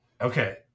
Okay